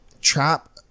trap